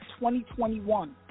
2021